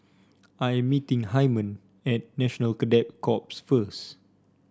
I'm meeting Hyman at National Cadet Corps first